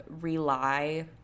rely